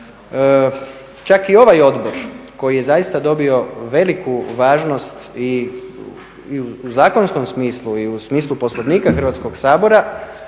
čak i ovaj odbor koji je zaista dobio veliku važnost i u zakonskom smislu i u smislu Poslovnika Hrvatskoga sabora